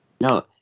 No